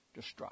destruct